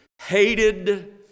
Hated